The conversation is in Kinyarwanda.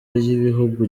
y’ibihugu